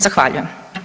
Zahvaljujem.